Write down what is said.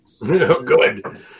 Good